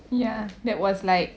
ya that was like